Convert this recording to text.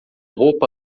roupa